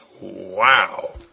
Wow